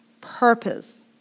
Purpose